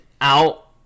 out